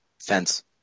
Fence